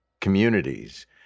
communities